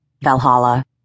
Valhalla